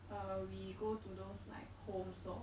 uh we go to those like homes lor